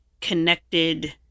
connected